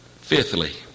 fifthly